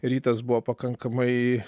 rytas buvo pakankamai